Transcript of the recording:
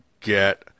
get